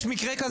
יש מקרה כזה?